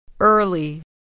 Early